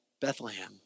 Bethlehem